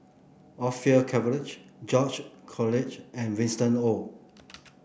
Orfeur Cavenagh George Collyer and Winston Oh